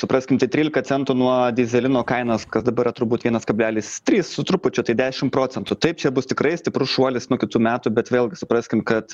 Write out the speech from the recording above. supraskim tai trylika centų nuo dyzelino kainos kas daba yra turbūt vienas kablelis trys su trupučiu tai dešim procentų taip čia bus tikrai stiprus šuolis nuo kitų metų bet vėlgi supraskime kad